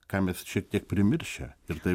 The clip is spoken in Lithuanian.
ką mes šiek tiek primiršę ir tai